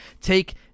take